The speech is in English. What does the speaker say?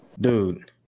dude